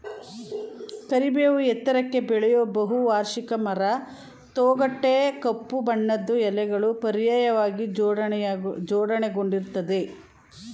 ಕರಿಬೇವು ಎತ್ತರಕ್ಕೆ ಬೆಳೆಯೋ ಬಹುವಾರ್ಷಿಕ ಮರ ತೊಗಟೆ ಕಪ್ಪು ಬಣ್ಣದ್ದು ಎಲೆಗಳು ಪರ್ಯಾಯವಾಗಿ ಜೋಡಣೆಗೊಂಡಿರ್ತದೆ